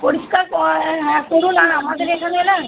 পরিষ্কার ক হ্যাঁ পুরো না আমাদের এখানে না